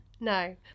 No